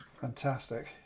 Fantastic